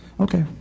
Okay